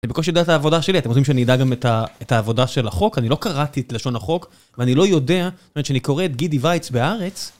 אני בקושי יודע את העבודה שלי, אתם רוצים שאני אדע גם את העבודה של החוק? אני לא קראתי את לשון החוק, ואני לא יודע, זאת אומרת, שאני קורא את גידי וייץ ב"הארץ"...